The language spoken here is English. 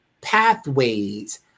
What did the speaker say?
pathways